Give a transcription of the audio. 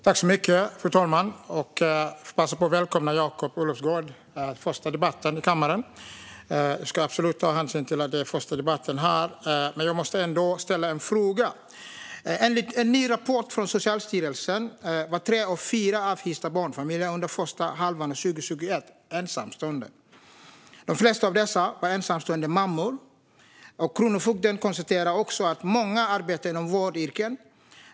Fru talman! Jag får passa på att välkomna Jakob Olofsgård till hans första debatt i kammaren. Jag ska absolut ta hänsyn till att det är hans första debatt här. Men jag måste ändå ställa en fråga. Enligt en ny rapport från Socialstyrelsen var tre av fyra avhysta barnfamiljer under första halvan av 2021 ensamstående. De flesta av dem var ensamstående mammor. Kronofogden konstaterar också att många arbetar inom vårdyrken.